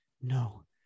No